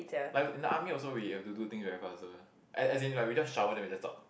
like in the army also we have to do thing very fast one as as in like we just shower then we just stop